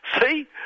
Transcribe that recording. See